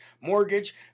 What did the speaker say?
mortgage